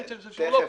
היחיד שלא פה.